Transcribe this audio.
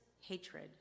hatred